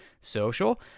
social